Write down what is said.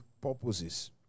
purposes